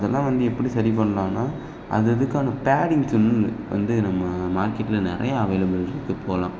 அதெல்லாம் வந்து எப்படி சரி பண்ணலாம்னா அது அதுக்கான பேடிங்க்ஸு வந்து நம்ம மார்க்கெட்டில் நிறையா அவைலபிள் இருக்குது இப்போதெலாம்